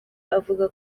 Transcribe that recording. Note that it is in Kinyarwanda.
avuga